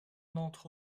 d’entre